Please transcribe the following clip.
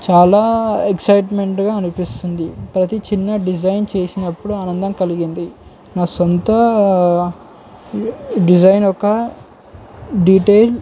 చాలా ఎక్సైట్మెంట్గా అనిపిస్తుంది ప్రతి చిన్న డిజైన్ చేసినప్పుడు ఆనందం కలిగింది నా సొంత డిజైన్ ఒక డీటెయిల్